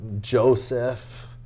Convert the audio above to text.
Joseph